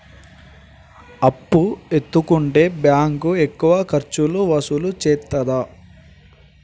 అప్పు ఎత్తుకుంటే బ్యాంకు ఎక్కువ ఖర్చులు వసూలు చేత్తదా?